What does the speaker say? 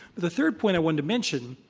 the third point i want to mention,